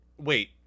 Wait